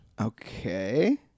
Okay